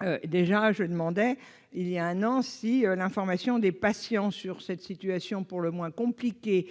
an, je demandais déjà si l'information des patients sur cette situation pour le moins compliquée